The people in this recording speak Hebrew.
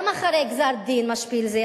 גם אחרי גזר-דין משפיל זה,